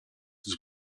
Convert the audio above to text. dazu